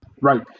Right